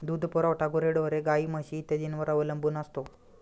दूध पुरवठा गुरेढोरे, गाई, म्हशी इत्यादींवर अवलंबून असतो